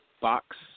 Box